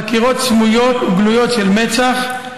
חקירות סמויות וגלויות של מצ"ח,